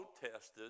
protested